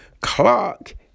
Clark